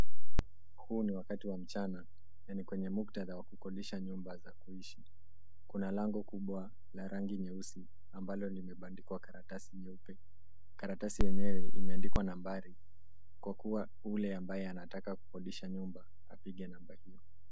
Huu ni wakati wa mchana na ni kwenye muktadha wa kukodisha nyumba za kuishi . Kuna lango kubwa la rangi nyeusi ambalo limebandikwa karatasi nyeupe. Karatasi yenyewe imeandikwa nambari kwa kuwa yule ambaye anataka kukodisha nyumba apige namba hiyo.